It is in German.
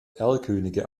erlkönige